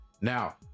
Now